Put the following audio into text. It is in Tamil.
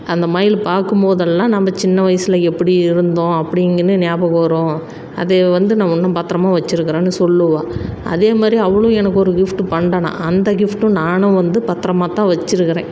அந்த மயில் பார்க்கும் போதெல்லாம் நம்ம சின்ன வயசில் எப்படி இருந்தோம் அப்படிங்ன்னு ஞாபகம் வரும் அது வந்து நான் இன்னும் பத்திரமாக வச்சிருக்கிறேன்னு சொல்லுவாள் அதே மாதிரி அவளும் எனக்கு ஒரு கிஃப்ட்டு பண்ணினா அந்த கிஃப்ட்டும் நானும் வந்து பத்திரமா தான் வச்சிருக்கிறேன்